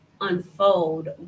unfold